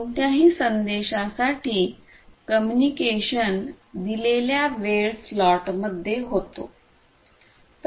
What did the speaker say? कोणत्याही संदेशासाठी कम्युनिकेशन दिलेल्या वेळ स्लॉटमध्ये होतो